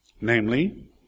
Namely